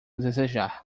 desejar